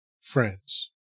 friends